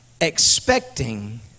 expecting